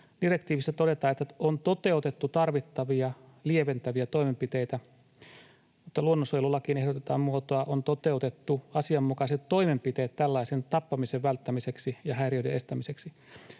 Direktiivissä todetaan, että ”on toteutettu tarvittavia lieventäviä toimenpiteitä”, mutta luonnonsuojelulakiin ehdotetaan muotoa ”on toteutettu asianmukaiset toimenpiteet tällaisen tappamisen välttämiseksi ja häiriöiden estämiseksi”.